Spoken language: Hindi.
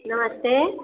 नमस्ते